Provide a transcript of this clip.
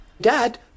Dad